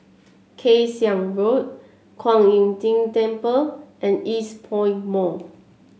Kay Siang Road Kuan Im Tng Temple and Eastpoint Mall